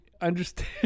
understand